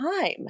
time